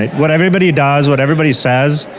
what everybody does, what everybody says,